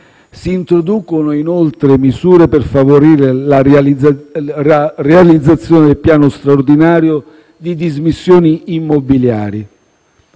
Si introducono, inoltre, misure per favorire la realizzazione del piano straordinario di dismissioni immobiliari.